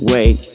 Wait